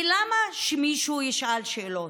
כי למה שמישהו ישאל שאלות?